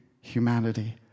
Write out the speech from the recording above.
humanity